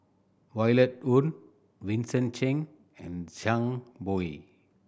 Violet Oon Vincent Cheng and Zhang Bohe